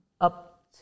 Up